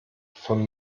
von